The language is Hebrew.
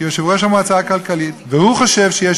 כיושב-ראש המועצה הלאומית לכלכלה,